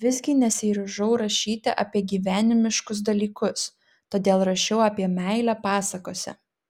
visgi nesiryžau rašyti apie gyvenimiškus dalykus todėl rašiau apie meilę pasakose